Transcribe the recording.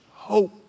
Hope